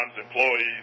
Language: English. employees